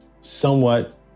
somewhat